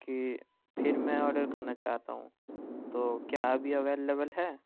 کہ پھر میں آرڈر کرنا چاہتا ہوں تو کیا ابھی اویلیبل ہے